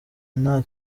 nta